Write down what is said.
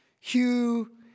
Hugh